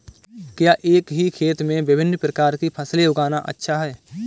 क्या एक ही खेत में विभिन्न प्रकार की फसलें उगाना अच्छा है?